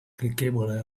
clickable